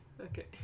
Okay